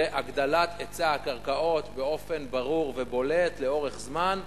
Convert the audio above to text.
זה הגדלת היצע הקרקעות באופן ברור ובולט לאורך זמן.